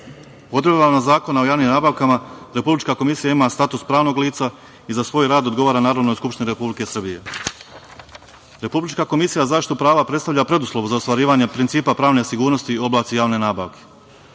zakoni. Odredbama Zakona o javnim nabavkama Republička komisija ima status pravnog lica i za svoj rad odgovara Narodnoj skupštini Republike Srbije. Republička komisija za zaštitu prava predstavlja preduslov za ostvarivanja principa pravne sigurnosti u oblasti javne nabavke.